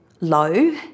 low